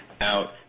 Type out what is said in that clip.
out